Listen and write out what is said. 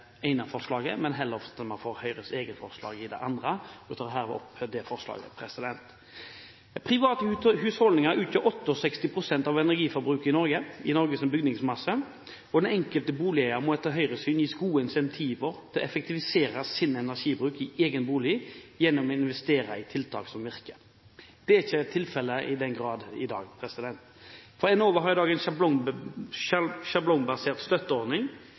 det ene forslaget. Private husholdninger utgjør 68 pst. av energiforbruket i Norges bygningsmasse. Den enkelte boligeier må etter Høyres syn gis gode incentiver til å effektivisere sin energibruk i egen bolig gjennom å investere i tiltak som virker. Det er ikke i den grad tilfellet i dag. Enova har i dag en sjablongbasert støtteordning